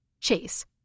Chase